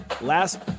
last